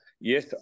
yes